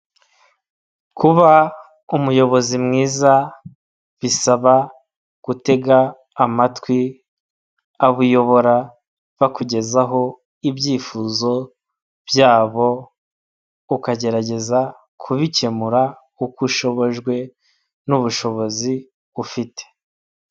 Kuba umuyobozi mwiza bisaba gutega amatwi abo uyobora bakugezaho ibyifuzo byabo, ukagerageza kubikemura uko ushobojwe n'ubushobozi ufite.